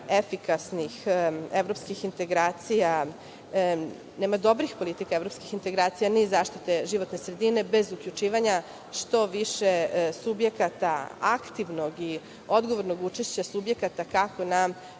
efikasnih evropskih integracija, nema dobrih politika evropskih integracija, ni zaštite životne sredine bez uključivanja što više subjekata aktivnog i odgovornog učešća subjekata kako na